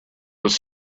was